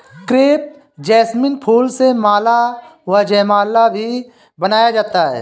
crepe jasmine फूल से माला व जयमाला भी बनाया जाता है